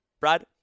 Brad